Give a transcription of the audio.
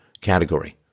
category